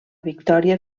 victòria